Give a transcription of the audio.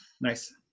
Nice